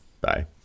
Bye